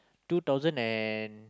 two thousand and